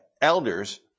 elders